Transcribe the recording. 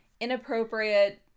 inappropriate